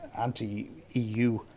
anti-EU